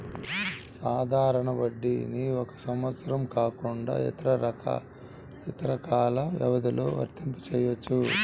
సాధారణ వడ్డీని ఒక సంవత్సరం కాకుండా ఇతర కాల వ్యవధిలో వర్తింపజెయ్యొచ్చు